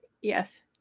Yes